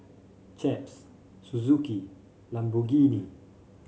Chaps Suzuki Lamborghini